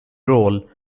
role